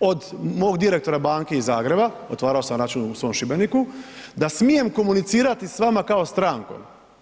od mog direktora banke iz Zagreba, otvarao sam račun u svom Šibeniku da smijem komunicirati s vama kao strankom.